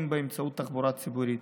אם באמצעות תחבורה ציבורית,